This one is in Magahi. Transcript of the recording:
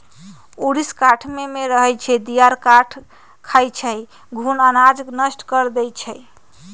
ऊरीस काठमे रहै छइ, दियार काठ खाई छइ, घुन अनाज नष्ट कऽ देइ छइ